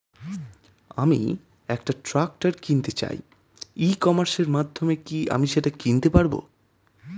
আমি একটা ট্রাক্টর কিনতে চাই ই কমার্সের মাধ্যমে কি আমি সেটা কিনতে পারব?